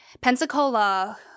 Pensacola